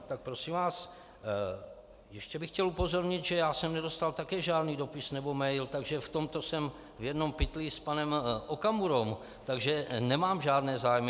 Tak prosím vás, ještě bych chtěl upozornit, že já jsem nedostal také žádný dopis nebo mail, takže v tomto jsem v jednom pytli s panem Okamurou, takže nemám žádné zájmy.